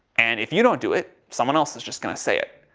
and if you don't do it, someone else is just going to say it.